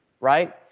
right